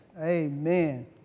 Amen